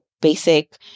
basic